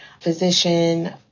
physician